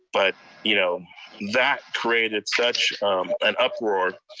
but you know that created such an uproar.